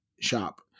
shop